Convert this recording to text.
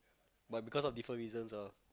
but because of difference reasons ah